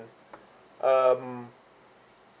um